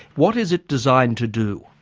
what is it designed to do?